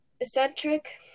Eccentric